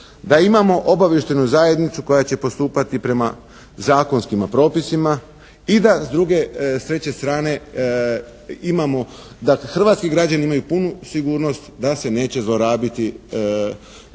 da imamo obavještajnu zajednicu koja će postupati prema zakonskima propisima i da s druge, s treće strane imamo, da hrvatski građani imaju punu sigurnost da se neće zlorabiti